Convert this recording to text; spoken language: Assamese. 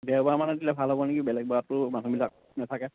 দেওবাৰ মানে দিলে ভাল হ'ব নেকি বেলেগবাৰটো মানুহবিলাক নেথাকে